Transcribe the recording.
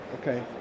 Okay